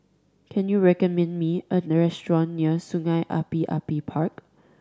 can you recommend me a near Sungei Api Api Park